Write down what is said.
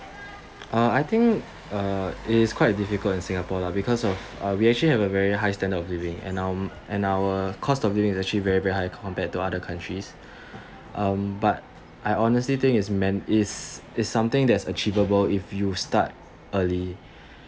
uh I think uh it is quite difficult in Singapore lah because of we actually have a very high standard of living and um and our cost of living is actually very very high compared to other countries um but I honestly think is meant is is something that's achievable if you start early